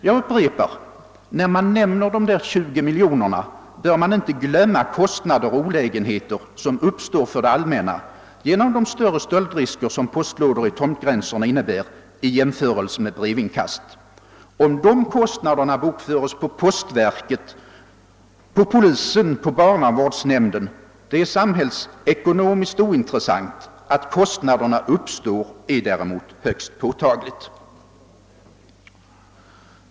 Jag upprepar: När man nämner dessa 20 miljoner kronor bör man inte glömma kostnader och olägenheter för det allmänna till följd av de större stöldrisker som postlådor vid tomtgränserna innebär i jämförelse med brevinkast. Om dessa kostnader bokförs inom postverket, polisen eller barnavårdsnämnden, är samhällsekonomiskt sett ointressant. Att kostnaderna uppstår är däremot högst påtagligt.